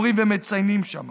אומרים ומציינים שם